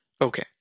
Okay